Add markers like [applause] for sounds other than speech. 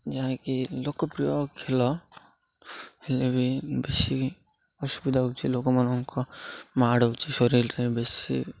ଯାହାକି ଲୋକପ୍ରିୟ ଖେଳ ହେଲେ ବି ବେଶୀ ଅସୁବିଧା ହେଉଛି ଲୋକମାନଙ୍କ ମାଡ଼ [unintelligible] ଶରୀରରେ ବେଶୀ